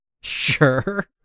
Sure